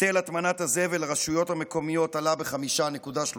היטל הטמנת הזבל לרשויות המקומיות עלה ב-5.3%,